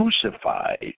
crucified